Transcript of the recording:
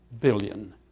billion